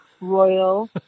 royal